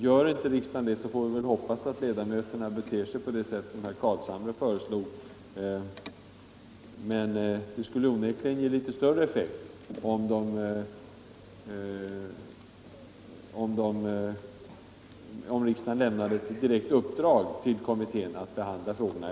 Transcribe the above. Gör inte riksdagen det, får vi väl hoppas att de båda utskottsledamöterna som tillhör kommittén beter sig på det sätt som herr Carlshamre föreslog. Men det skulle ge större effekt, om riksdagen lämnade ett direkt uppdrag till kommittén att behandla frågorna.